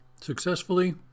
successfully